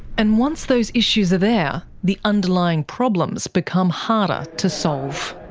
and once those issues are there, the underlying problems become harder to solve.